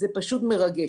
זה פשוט מרגש.